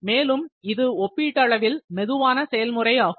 மேலும் அது ஒப்பீட்டளவில் மெதுவான செயல்முறை ஆகும்